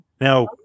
Now